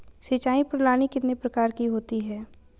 सिंचाई प्रणाली कितने प्रकार की होती है?